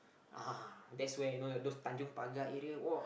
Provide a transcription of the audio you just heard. uh that's where you know like those tanjong-pagar area !wah!